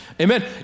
Amen